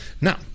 Now